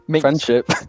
Friendship